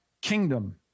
kingdom